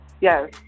Yes